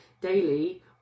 daily